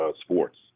sports